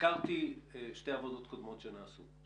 הזכרתי שתי עבודות קודמות שנעשו,